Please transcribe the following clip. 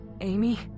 Amy